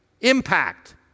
impact